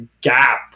gap